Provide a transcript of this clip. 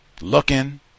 looking